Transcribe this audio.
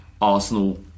Arsenal